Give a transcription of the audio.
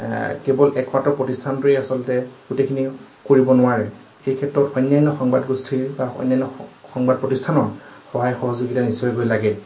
এ কেৱল একমাত্ৰ প্ৰতিষ্ঠানটোৱেই আচলতে গোটেইখিনি কৰিব নোৱাৰে এই ক্ষেত্ৰত অন্যান্য সংবাদ গোষ্ঠীৰ বা অন্যান্য সংবাদ প্ৰতিষ্ঠানৰ সহায় সহযোগিতা নিশ্চয়কৈ লাগে